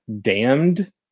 damned